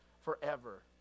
forever